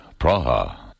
Praha